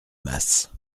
masses